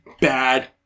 bad